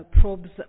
probes